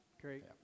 great